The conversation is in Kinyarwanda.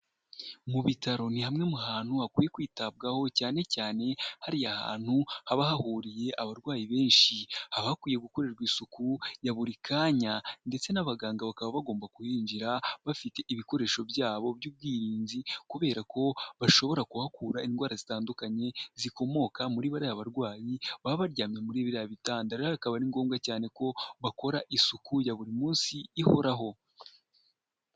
Mu bitaro ni hamwe mu hantu hakwiye kwitabwaho cyane cyane hariya hantu haba hahuriye abarwayi benshi haba hakwiye gukorerwa isuku ya buri kanya ndetse n'abaganga bakaba bagomba kuyinjira bafite ibikoresho byabo by'ubwirinzi kubera ko bashobora kuhakura indwara zitandukanye zikomoka muri bariya barwayi baba baryamye muri biriya bitanda rero akaba ari ngombwa cyane ko bakora isuku ya buri munsi ihoraho.